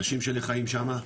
אנשים שלי חיים שם,